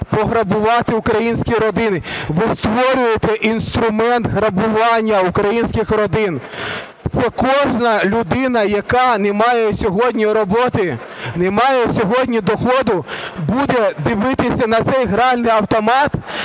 пограбувати українські родини. Ви створюєте інструмент грабування українських родин. Це кожна людина, яка не має сьогодні роботи, не має сьогодні доходу, буде дивитися на цей гральний автомат,